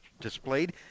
displayed